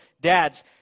dads